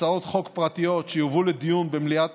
הצעות חוק פרטיות שיובאו לדיון במליאת